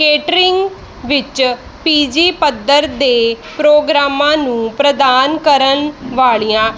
catering ਵਿੱਚ PG ਪੱਧਰ ਦੇ ਪ੍ਰੋਗਰਾਮਾਂ ਨੂੰ ਪ੍ਰਦਾਨ ਕਰਨ ਵਾਲ਼ੀਆਂ